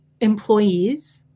employees